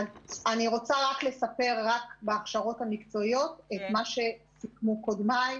אני רוצה לספר בהכשרות המקצועיות את מה שסיכמו קודמיי.